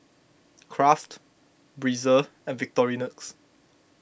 Kraft Breezer and Victorinox